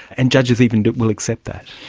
and judges even will accept that.